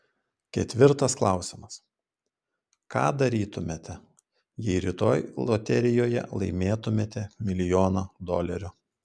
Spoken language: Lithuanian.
ketvirtas klausimas ką darytumėte jei rytoj loterijoje laimėtumėte milijoną dolerių